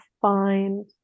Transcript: find